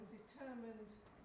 determined